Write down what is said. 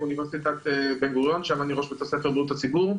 אוניברסיטת בן גוריון שם אני ראש בית הספר לבריאות הציבור.